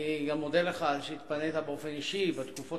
אני גם מודה לך על שהתפנית באופן אישי בתקופות